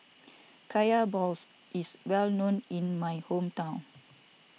Kaya Balls is well known in my hometown